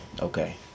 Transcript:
Okay